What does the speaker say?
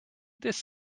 this